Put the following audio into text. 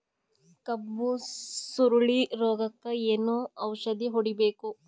ಕಬ್ಬು ಸುರಳೀರೋಗಕ ಏನು ಔಷಧಿ ಹೋಡಿಬೇಕು?